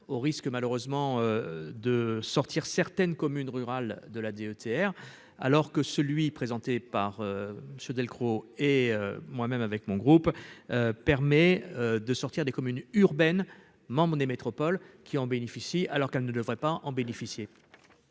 au risque malheureusement de sortir certaines communes rurales de la DETR, alors que celui présenté par ce Delcros et moi-même avec mon groupe, permet de sortir des communes urbaines m'emmener métropole qui en bénéficient, alors qu'elle ne devrait pas en bénéficier.